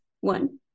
one